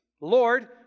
Lord